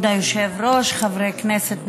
כבוד היושב-ראש, חברי כנסת נכבדים,